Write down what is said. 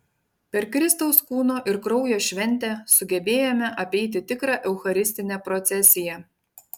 per kristaus kūno ir kraujo šventę sugebėjome apeiti tikrą eucharistinę procesiją